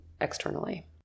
externally